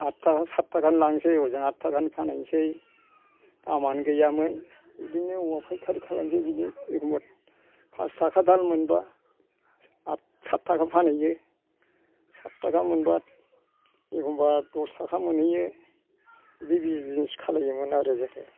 आथ थाखा साथ थाखानि लांसै हजों आथ थाखानि फानैनोसै दामानो गैयामोन बिदिनो औवा फायखारि खालामसै बिदि एखमबा फास थाखा दाल मोनबा आथ साथ थाखा फानहैयो साथ थाखा मोनबा एखमबा दस थाखा मोनहैयो बिजिनेस खालामोमोन आरो